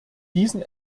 diesen